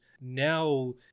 now